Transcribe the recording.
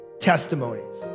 Testimonies